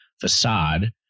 facade